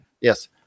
Yes